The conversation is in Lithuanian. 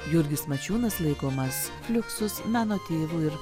jurgis mačiūnas laikomas fliuksus meno tėvu ir